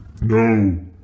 No